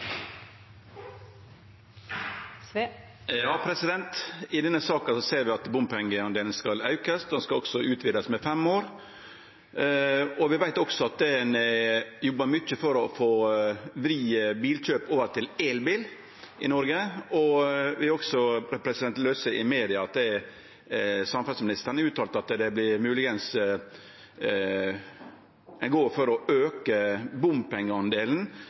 skal også utvidast med fem år. Vi veit også at ein jobbar mykje for å vri bilkjøp over til elbil i Noreg. Og vi har lese i media at samferdselsministeren har uttalt at det er mogeleg at ein går for å auke